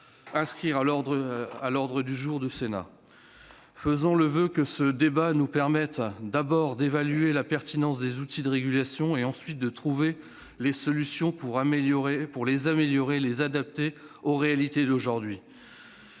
l'inscrire à l'ordre du jour du Sénat. Faisons le voeu que ce débat nous permette d'abord d'évaluer la pertinence des outils de régulation et, ensuite, de trouver les solutions pour les améliorer et les adapter aux réalités d'aujourd'hui.